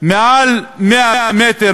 נוספים על כל מטר בנייה.